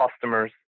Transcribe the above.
customers